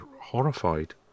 horrified